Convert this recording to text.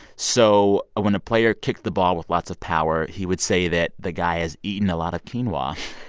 so when a player kicked the ball with lots of power, he would say that the guy has eaten a lot of quinoa.